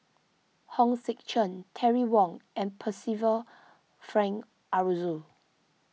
Hong Sek Chern Terry Wong and Percival Frank Aroozoo